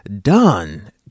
Done